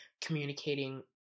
communicating